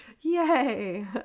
Yay